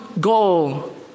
goal